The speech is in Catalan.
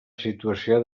situació